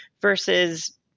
versus